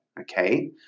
Okay